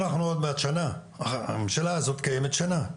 אנחנו עוד מעט שנה, הממשלה הזו קיימת שנה,